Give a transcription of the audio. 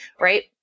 right